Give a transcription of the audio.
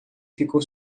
ficou